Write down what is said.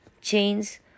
chains